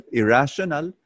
irrational